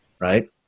right